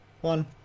one